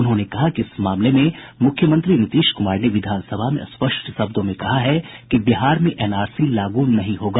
उन्होंने कहा कि इस मामले में मूख्यमंत्री नीतीश कुमार ने विधानसभा में स्पष्ट शब्दों में कहा है कि बिहार में एनआरसी लागू नहीं होगा